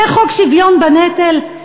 זה חוק שוויון בנטל?